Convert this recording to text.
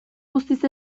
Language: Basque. guztiz